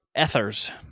Ethers